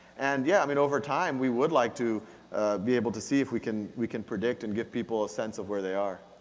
and yeah, i mean over time we would like to be able to see if we can we can predict and give people a sense of where they are.